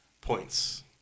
points